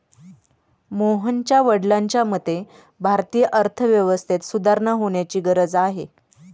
मोहनच्या वडिलांच्या मते, भारतीय अर्थव्यवस्थेत सुधारणा होण्याची गरज आहे